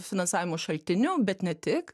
finansavimo šaltiniu bet ne tik